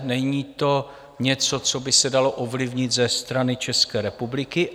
Není to něco, co by se dalo ovlivnit ze strany České republiky.